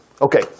Okay